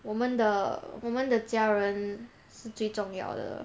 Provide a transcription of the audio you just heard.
我们的我们的家人是最重要的